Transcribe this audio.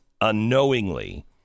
unknowingly